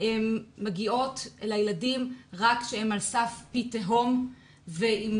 מגיעים לילדים רק כשהם על סף פי תהום ואם